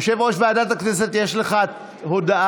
יושב-ראש ועדת הכנסת, יש לך הודעה,